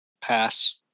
Pass